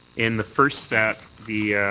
in the first set, the